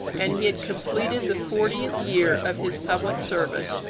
and he had completed the fortieth year of his public service,